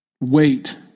Wait